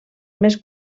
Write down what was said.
més